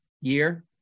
year